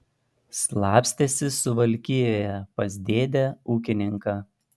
slapstėsi suvalkijoje pas dėdę ūkininką